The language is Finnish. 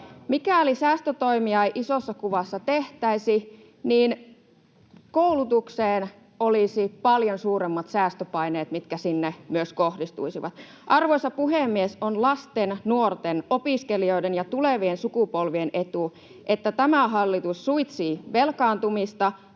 Mikäli säästötoimia ei isossa kuvassa tehtäisi, niin koulutukseen olisi paljon suuremmat säästöpaineet, mitkä sinne myös kohdistuisivat. Arvoisa puhemies! On lasten, nuorten, opiskelijoiden ja tulevien sukupolvien etu, että tämä hallitus suitsii velkaantumista,